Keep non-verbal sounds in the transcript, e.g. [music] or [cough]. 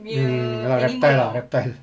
mm ah reptile ah reptile [laughs]